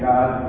God